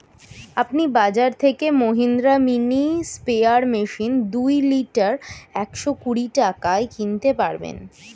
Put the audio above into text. আপনি বাজর থেকে মহিন্দ্রা মিনি স্প্রেয়ার মেশিন দুই লিটার একশো কুড়ি টাকায় কিনতে পারবেন